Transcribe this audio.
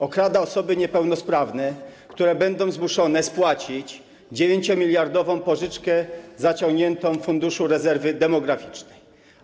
Okrada osoby niepełnosprawne, które będą zmuszone spłacić 9-miliardową pożyczkę zaciągniętą w Funduszu Rezerwy Demograficznej.